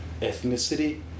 ethnicity